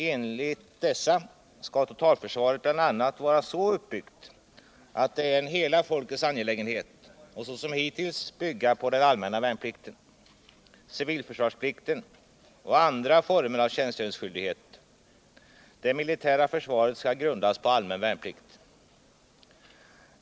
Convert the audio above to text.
Enligt dessa skall totalförsvaret bl.a. vara så uppbyggt att det är en hela folkets angelägenhet och liksom hittills bygga på den allmänna värnplikten, civilförsvarsplikten och andra former av tjänstgöringsskyldighet. Det militära försvaret skall grundas på allmän värnplikt.